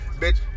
Bitch